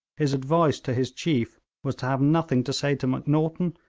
his advice to his chief was to have nothing to say to macnaghten,